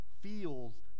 feels